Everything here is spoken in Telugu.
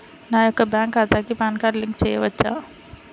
నా యొక్క బ్యాంక్ ఖాతాకి పాన్ కార్డ్ లింక్ చేయవచ్చా?